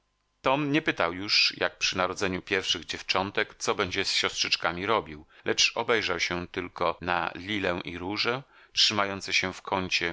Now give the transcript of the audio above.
tom nie pytał już jak przy narodzeniu pierwszych dziewczątek co będzie z siostrzyczkami robił lecz obejrzał się tylko na lilę i różę trzymające się w kącie